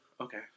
Okay